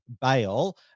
bail